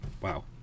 Wow